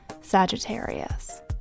sagittarius